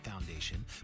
Foundation